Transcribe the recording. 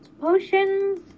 potions